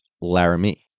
Laramie